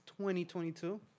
2022